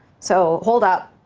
so hold up.